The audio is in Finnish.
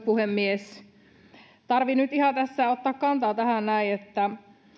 puhemies tarvitsee nyt ihan ottaa kantaa tähän näin että